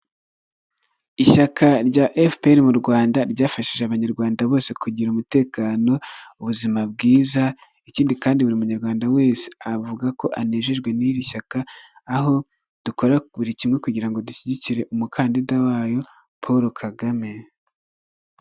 Ishyaka rya FPR mu Rwanda, ryafashije abanyarwanda bose kugira umutekano, ubuzima bwiza, ikindi kandi buri munyarwanda wese avuga ko anejejwe n'iri shyaka, aho dukora buri kimwe kugira ngo dushyigikire umukandida wayo, Paul Kagame.